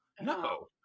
no